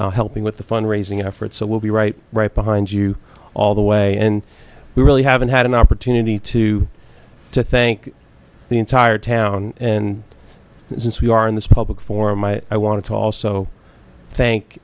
including helping with the fund raising efforts so we'll be right right behind you all the way and we really haven't had an opportunity to to thank the entire town and since we are in this public forum i want to also thank